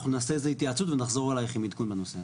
אנחנו נעשה איזה התייעצות ונחזור אלייך עם עדכון בנושא הזה.